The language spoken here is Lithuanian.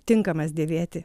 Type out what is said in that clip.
tinkamas dėvėti